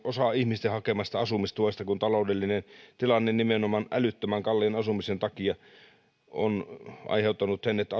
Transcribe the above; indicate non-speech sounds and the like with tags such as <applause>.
osa ihmisten hakemasta toimeentulotuesta kun taloudellinen tilanne nimenomaan älyttömän kalliin asumisen takia on aiheuttanut sen että <unintelligible>